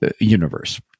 universe